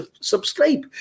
subscribe